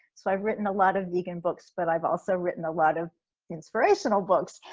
so i've written a lot of vegan books, but i've also written a lot of inspirational books.